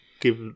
Give